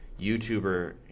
YouTuber